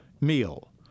meal